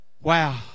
Wow